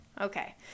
Okay